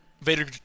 Vader